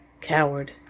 Coward